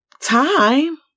time